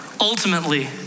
Ultimately